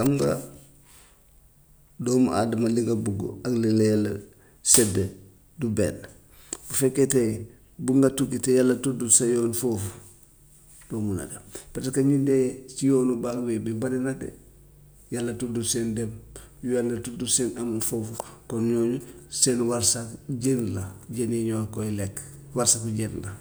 Xam nga doomu adama li nga bugg ak li la yàlla séddee du benn, bu fekkee tey bugg nga tukki te yàlla tuddut sa yoon foofu doo mun a dem parce que ñi dee si yoonu bamway bi bariu na de yàlla tuddul seen dem, yàlla tuddul seen am foofu kon ñooñu seen wërsag jën la, jën yi ñoo koy lekk, wërsagu jën la.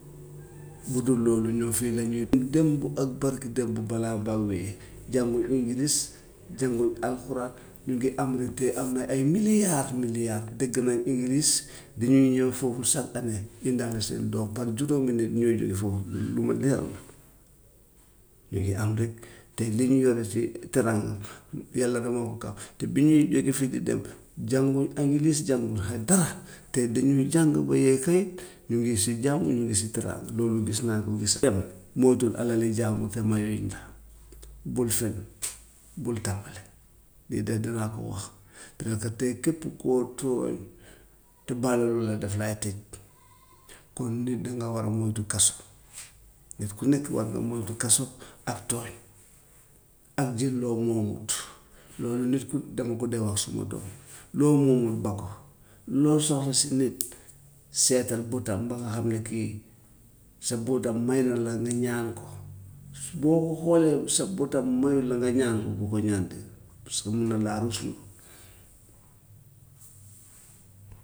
Bu dul loolu ñoom fii la ñuy ut démb ak barki démb balaa bamway, jànguñu english, jànguñ alxuraan, ñu ngi am rek tey am nañ ay milliards milliards dégg nañ english dañuy ñëw foofu chaque année indaale seen doom par juróomi nit ñooy jóge foofu di ñëw di ànd jógee amerique, tey li ñu yore si teraanga yàlla dong moo ko kam, te bi ñuy jóge fii di dem jànguñ english, jànguñ xay dara, tey dañuy jàng ba yëy këyit ñu ngi si jàmm ñu ngi si teraanga, loolu gis naa ko gis kenn moytul alali jambur te mayuñ la, bul fen, bul tapale lii de danaa ko wax. Daanaka tey képp koo tooñ te baaluwula daf lay tëj, kon nit dangaa war a moytu kaso nit ku nekk war nga moytu ak tooñ, ak jël loo moomut, loolu ñëpp dama ko dee wax suma doom, loo moomul ba ko, loo soxla si nit seetal bëtam ba nga xam ne kii sa bëtam may na la nga ñaan ko, su boo ko xoolee sa bëtam mayula nga ñaan ko bu ko ñaan de parce que mun na laa rusloo.